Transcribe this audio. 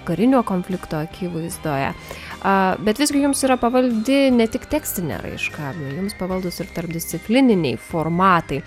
karinio konflikto akivaizdoje a bet visgi jiems yra pavaldi ne tik tekstinę raišką perims pavaldus ir tarpdisciplininiai formatai